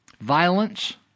violence